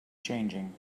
changing